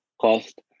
Cost